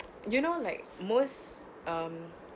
you know like most um